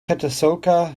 catasauqua